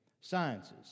sciences